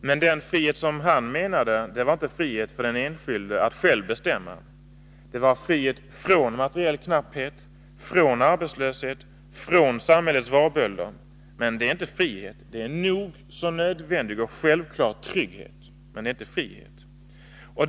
Men den frihet som han menade det var inte frihet för den enskilde att själv bestämma, det var frihet från materiell knapphet, från arbetslöshet, från samhällets varbölder. Men det är inte frihet, det är en nog så nödvändig och självklar trygghet.